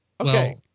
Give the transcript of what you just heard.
Okay